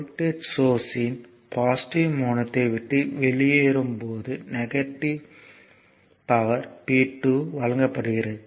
voltage சோர்ஸ்யின் positive முனையத்தை விட்டு வெளியேறும் போது நெகட்டிவ் பவர் P2 வழங்கப்படுகிறது